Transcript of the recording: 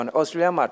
Australia